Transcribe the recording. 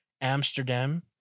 Amsterdam